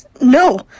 No